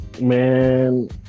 Man